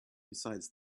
besides